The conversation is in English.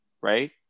Right